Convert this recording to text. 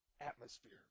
atmosphere